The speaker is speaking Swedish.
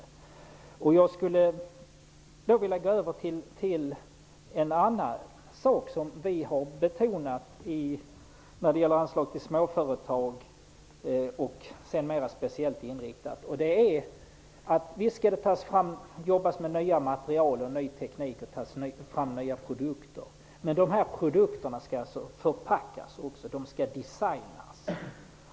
Jag skulle vilja ta upp en annan sak som vi i Vänsterpartiet har betonat när det gäller anslag till småföretag. Visst skall det jobbas med nya material och ny teknik, och visst skall det tas fram nya produkter, men dessa produkter skall också förpackas. De skall designas.